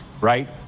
right